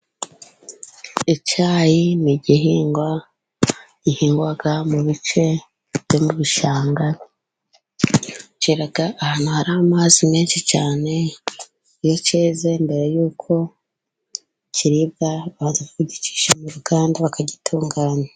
Icyayi ni igihingwa gihingwa mu bice byo mu bishanga, cyera ahantu hari amazi menshi cyane, iyo cyeze mbere y'uko kiribwa babanza kugicisha mu ruganda bakagitunganya.